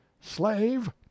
Slave